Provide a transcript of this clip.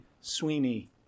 Sweeney